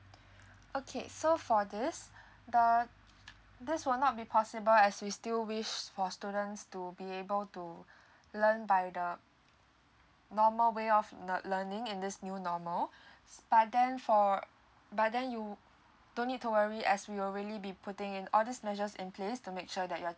okay so for this the this will not be possible as we still wish for students to be able to learn by the normal way of learn learning in this new normal but then for but then you don't need to worry as we will really be putting in all these measures in place to make sure that your